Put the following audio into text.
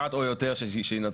אחת או יותר, שיינתן.